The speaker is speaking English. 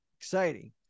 Exciting